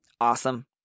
Awesome